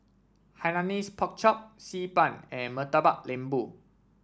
Hainanese Pork Chop Xi Ban and Murtabak Lembu